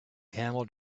camel